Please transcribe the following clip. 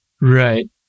Right